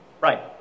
Right